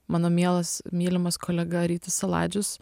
mano mielas mylimas kolega rytis saladžius